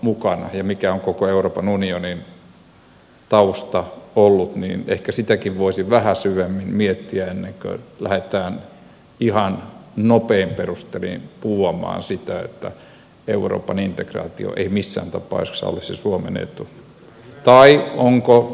ja mikä on koko euroopan unionin tausta ollut ehkä sitäkin voisi vähän syvemmin miettiä ennen kuin lähdetään ihan nopein perustein buuaamaan sitä että euroopan integraatio ei missään tapauksessa olisi suomen etu tai onko euro suomen etu